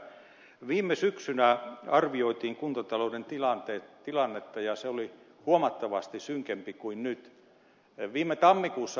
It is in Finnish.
viime syksynä arvioitiin kuntatalouden tilannetta ja se oli huomattavasti synkempi kuin nyt